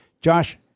Josh